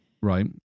Right